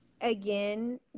Again